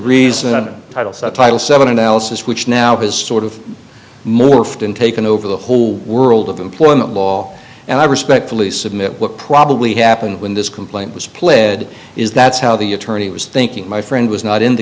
reason title subtitle seven analysis which now has sort of morphed into taken over the whole world of employment law and i respectfully submit what probably happened when this complaint was pled is that's how the attorney was thinking my friend was not in the